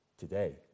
Today